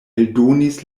eldonis